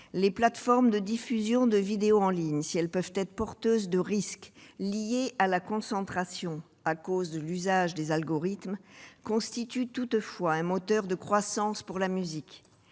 Les plateformes de diffusion de vidéos en ligne, si elles peuvent être porteuses de risques liés à la concentration tenant à l'usage d'algorithmes, constituent toutefois un moteur de croissance pour le secteur